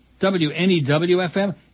WNEW-FM